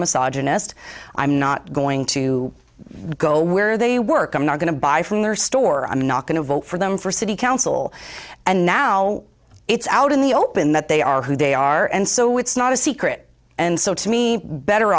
massage nest i'm not going to go where they work i'm not going to buy from the store i'm not going to vote for them for city council and now it's out in the open that they are who they are and so it's not a secret and so to me better